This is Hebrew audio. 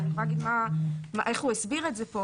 אז אני יכולה להגיד איך הוא הסביר את זה פה?